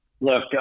Look